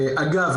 אגב,